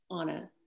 Anna